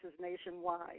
nationwide